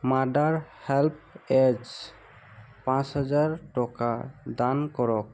mother help age পাঁচ হাজাৰ টকা দান কৰক